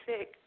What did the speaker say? sick